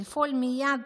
לפעול מייד